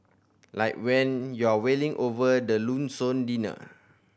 like when you're wailing over the lonesome dinner